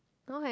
okay